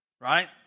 right